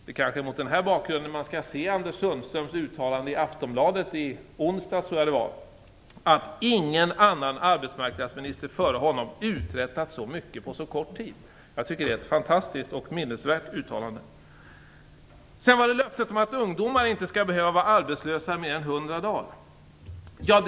Det är kanske mot den bakgrunden man skall se ett uttalande av Anders Sundström i Aftonbladet i veckan att ingen annan arbetsmarknadsminister före honom uträttat så mycket på så kort tid. Jag tycker det är ett fantastiskt och minnesvärt uttalande. Sedan var det löftet om att ungdomar inte skall behöva vara arbetslösa mer än 100 dagar.